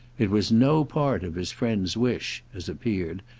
it was no part of his friend's wish, as appeared,